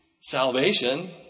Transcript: salvation